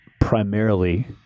primarily